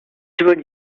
toward